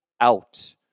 out